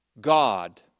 God